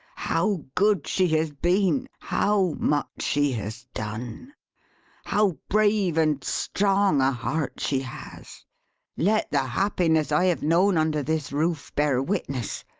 how good she has been how much she has done how brave and strong a heart she has let the happiness i have known under this roof bear witness!